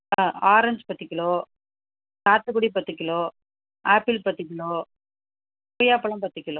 ஆ orange பத்து kilo சாத்துக்குடி பத்து கிலோ ஆப்பிள் பத்து கிலோ கொய்யாப்பழம் பத்து கிலோ